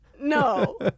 No